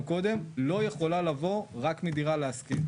קודם לא יכולה לבוא רק מדירה להשכיר,